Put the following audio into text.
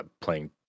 playing